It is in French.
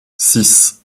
six